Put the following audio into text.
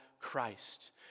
Christ